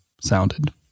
sounded